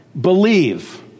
believe